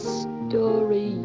story